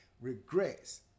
Regrets